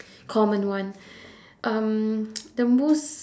common one um the most